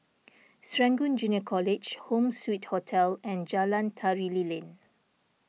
Serangoon Junior College Home Suite Hotel and Jalan Tari Lilin